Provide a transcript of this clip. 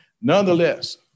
Nonetheless